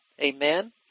Amen